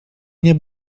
nie